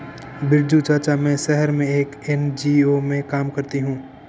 बिरजू चाचा, मैं शहर में एक एन.जी.ओ में काम करती हूं